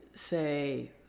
say